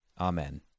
Amen